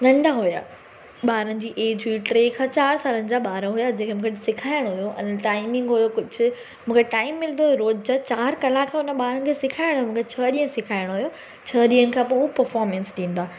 नंढा हुआ ॿारनि जी एज हुई टे खां चारि सालनि जा ॿार हुआ जंहिंखे मूंखे सेखारिणो हुओ अने टाइमिंग हुओ कुझु मूंखे टाइम मिलंदो हुओ रोज़ जा चारि कलाक हुन ॿारनि खे सेखारिणो हुओ मूंखे छह ॾींहं सेखारिणो हुओ छह ॾींहंनि खां पोइ उहो पफ़ॉमंस ॾींदा